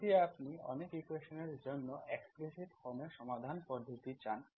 যদি আপনি অনেক ইকুয়েশন্সের জন্য এক্সপ্লিসিট ফর্ম এ সমাধান পদ্ধতি চান